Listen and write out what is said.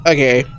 Okay